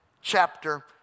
chapter